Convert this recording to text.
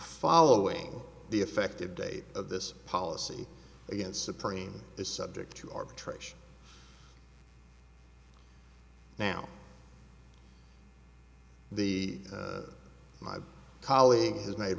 following the effective date of this policy against supreme is subject to arbitration now the my colleague has made